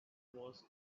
wars